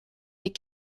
des